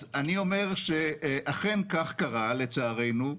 אני אומר שאכן כך קרה, לצערנו.